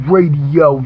Radio